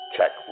Check